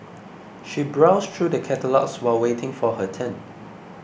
she browsed through the catalogues while waiting for her turn